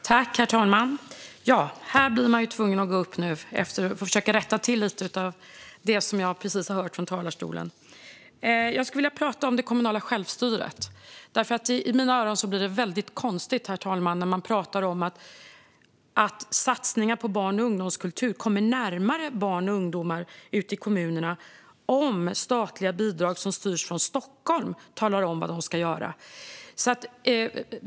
Herr talman! Jag blev tvungen att begära replik för att försöka rätta till lite av det jag hörde från talarstolen. Jag skulle vilja tala om det kommunala självstyret. I mina öron blir det nämligen väldigt konstigt, herr talman, att prata om att satsningar på barn och ungdomskultur kommer närmare barn och ungdomar ute i kommunerna om statliga bidrag - som styrs från Stockholm - talar om vad som ska göras.